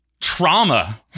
Trauma